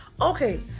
Okay